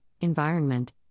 environment